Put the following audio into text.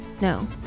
No